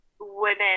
women